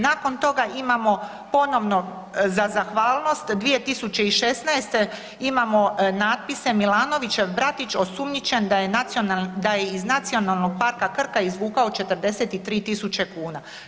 Nakon toga imamo ponovno za zahvalnost 2016. imamo natpise: „Milanovićev bratić osumnjičen da je iz Nacionalnog parka Krka izvukao 43 tisuće kuna“